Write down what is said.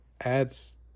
adds